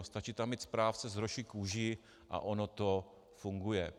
Stačí tam mít správce s hroší kůží a ono to funguje.